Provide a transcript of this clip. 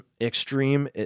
extreme